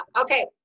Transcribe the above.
okay